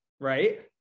right